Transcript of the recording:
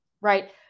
Right